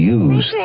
use